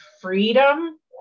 freedom